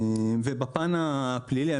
בפן הפלילי,